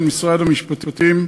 של משרד המשפטים,